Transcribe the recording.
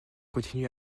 continue